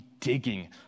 digging